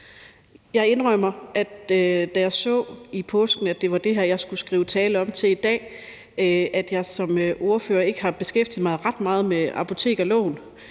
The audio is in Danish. Jeg indrømmer, at da jeg i påsken så, at det var det her, jeg skulle skrive en tale om til i dag, tænkte jeg, at jeg som ordfører ikke har beskæftiget mig ret meget med apotekerloven.